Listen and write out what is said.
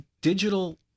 digital